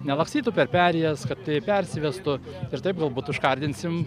nelakstytų per perėjas kad tai persivestų ir taip galbūt užkardinsim